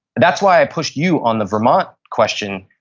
that's why i pushed you on the vermont question.